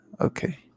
Okay